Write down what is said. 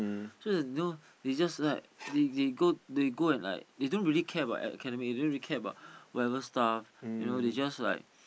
so there's you know they just like they they go they go and like they don't really care about academic they don't really care about whatever stuff you know they just like